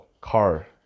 car